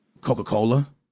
Coca-Cola